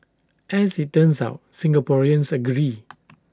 as IT turns out Singaporeans agree